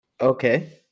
Okay